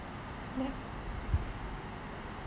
ya